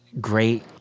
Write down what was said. great